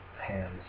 hands